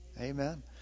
Amen